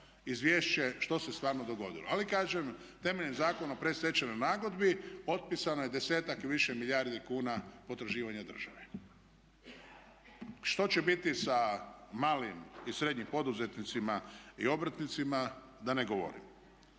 izvješće što se stvarno dogodilo. Ali kažem temeljem Zakona o predstečajnoj nagodbi otpisano je desetak i više milijardi kuna potraživanja države. Što će biti sa malim i srednjim poduzetnicima i obrtnicima da ne govorim.